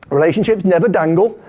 relationships never dangle,